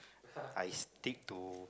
I stick to